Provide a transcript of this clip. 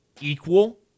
equal